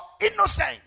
innocent